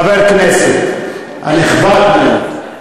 כבוד חבר הכנסת הנכבד מאוד.